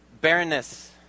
barrenness